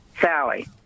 Sally